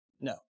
no